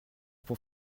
pour